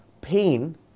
pain